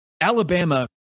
Alabama